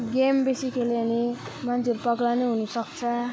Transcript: game बेसी खेल्यो भने मान्छे पगला नै हुनु सक्छ